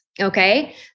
okay